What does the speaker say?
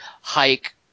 hike